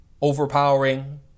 overpowering